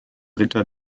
ritter